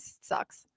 sucks